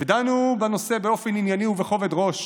ודנו בנושא באופן ענייני ובכובד ראש